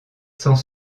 sans